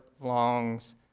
longs